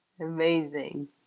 amazing